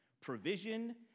provision